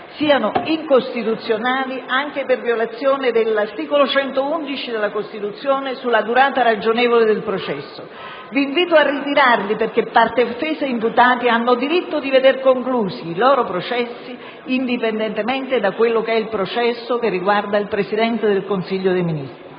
siano incostituzionali anche per violazione dell'articolo 111 della Costituzione sulla durata ragionevole del processo. Vi invito dunque a ritirarli, perché parti offese e imputati hanno il diritto di veder conclusi i loro processi indipendentemente da quello che riguarda il Presidente del Consiglio dei ministri.